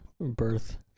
Birth